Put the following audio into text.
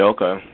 Okay